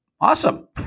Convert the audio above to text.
awesome